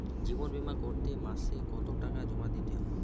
জীবন বিমা করতে মাসে কতো টাকা জমা দিতে হয়?